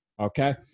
Okay